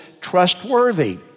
trustworthy